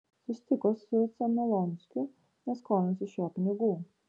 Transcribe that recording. susitiko su cemnolonskiu nes skolinosi iš jo pinigų